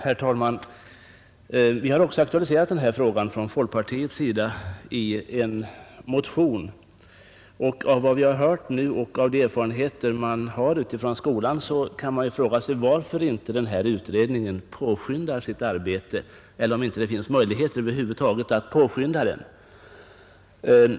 Herr talman! Den här frågan har också aktualiserats i en motion från folkpartiet. Efter vad vi hört nu och med erfarenhet från skolan kan man ju fråga sig varför inte utredningen påskyndar sitt arbete eller om det över huvud taget inte finns möjligheter att påskynda det.